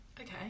Okay